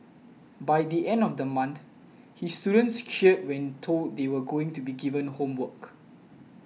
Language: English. by the end of the month his students cheered when told that they were going to be given homework